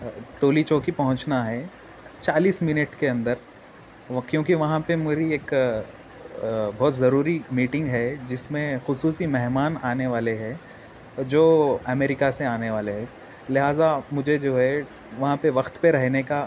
ٹولی چوکی پہنچنا ہے چالیس منٹ کے اندر کیوں کہ وہاں پہ میری ایک بہت ضروری میٹنگ ہے جس میں خصوصی مہمان آنے والے ہے جو امریکہ سے آنے والے ہے لہذا مجھے جو ہے وہاں پہ وقت پہ رہنے کا